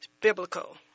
Biblical